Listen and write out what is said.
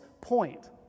point